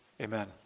Amen